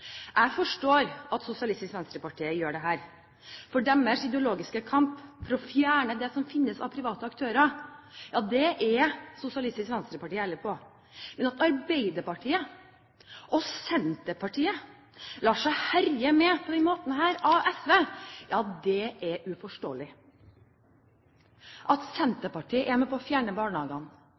Jeg forstår at Sosialistisk Venstreparti gjør dette, for deres ideologiske kamp for å fjerne det som finnes av private aktører, er Sosialistisk Venstreparti ærlig på. Men at Arbeiderpartiet og Senterpartiet lar seg herje med på denne måten av SV, er uforståelig. Det er helt uforståelig at Senterpartiet kan gå med på å fjerne barnehagene